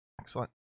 Excellent